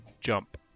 jump